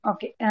Okay